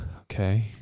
Okay